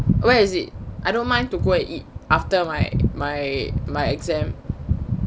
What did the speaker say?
where is it I don't mind to go and eat after my my my exam